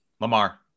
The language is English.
Lamar